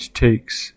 takes